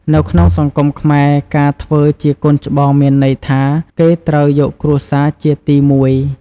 នៅក្នុងសង្គមខ្មែរ ការធ្វើជាកូនច្បងមានន័យថា គេត្រូវយកគ្រួសារជាទីមួយ។